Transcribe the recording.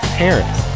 parents